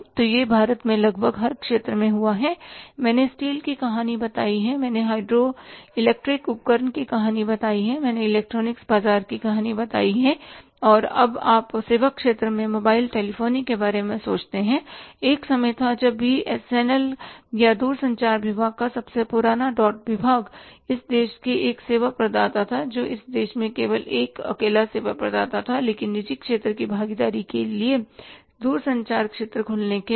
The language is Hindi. तो यह भारत में लगभग हर क्षेत्र में हुआ है मैंने स्टील की कहानी बताई है मैंने हाइड्रोइलेक्ट्रिक उपकरण की कहानी बताई है मैंने इलेक्ट्रॉनिक्स बाजार की कहानी बताई है और अब आप सेवा क्षेत्र में मोबाइल टेलीफ़ोनिक के बारे में सोचते हैं एक समय था जब बीएसएनएल या दूरसंचार विभाग का सबसे पुराना डॉट विभाग इस देश में एक सेवा प्रदाता था जो इस देश में केवल एक सेवा प्रदाता था लेकिन निजी क्षेत्र की भागीदारी के लिए दूरसंचार क्षेत्र के खुलने के बाद